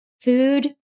food